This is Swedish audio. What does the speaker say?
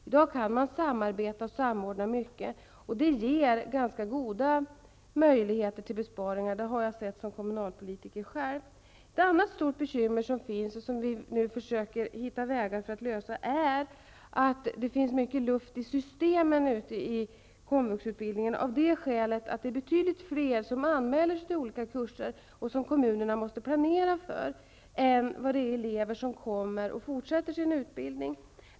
I dag kan man samarbeta och samordna mycket, och det ger ganska goda möjligheter till besparingar. Det har jag själv sett som kommunalpolitiker. Ett annat stort bekymmer som vi nu försöker hitta vägar för att lösa, är att det finns mycket luft i systemen ute i komvux, av det skälet att det är betydligt fler som anmäler sig till olika kurser och som kommunerna måste planera för, än som kommer och fortsätter sin utbildning.